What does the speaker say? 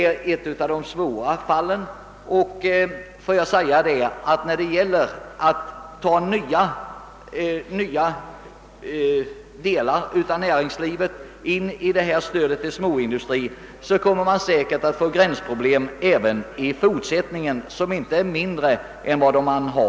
Reservationen 3 behandlar beslutanderätten i fråga om kreditgarantigivningen.